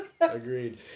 Agreed